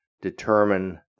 determine